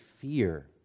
fear